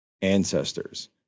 ancestors